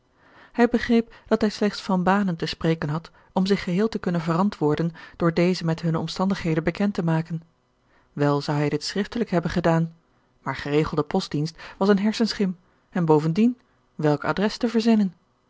hij begreep dat hij slechts van banen te spreken had om zich geheel te kunnen verantwoorden door dezen met hunne omstandigheden bekend te maken wel zou hij dit schriftelijk hebben gedaan maar geregelde postdienst was eene hersenschim en bovendien welk adres te verzinnen